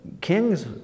kings